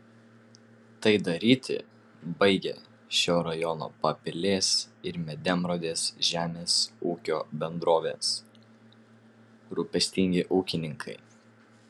tai daryti baigia šio rajono papilės ir medemrodės žemės ūkio bendrovės rūpestingi ūkininkai